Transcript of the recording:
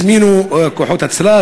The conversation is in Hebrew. הזמינו כוחות הצלה,